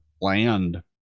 land